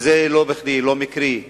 וזה לא בכדי ולא מקרי.